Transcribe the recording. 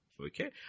Okay